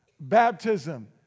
baptism